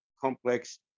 complex